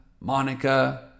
Monica